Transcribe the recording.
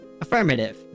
Affirmative